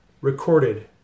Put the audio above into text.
recorded